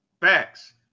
Facts